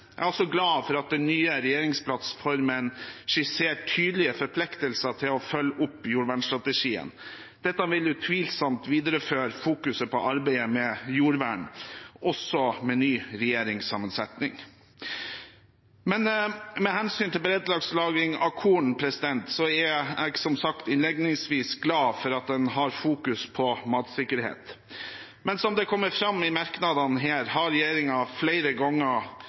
Jeg er også glad for at den nye regjeringsplattformen skisserer tydelige forpliktelser til å følge opp jordvernstrategien. Dette vil utvilsomt videreføre fokuset på arbeidet med jordvern også med en ny regjeringssammensetning. Med hensyn til beredskapslagring av korn er jeg, som sagt innledningsvis, glad for at en har fokus på matsikkerhet. Men som det kommer fram i merknadene her, vurderte regjeringen flere ganger